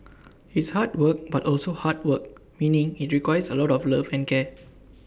it's hard work but also heart work meaning IT requires A lot of love and care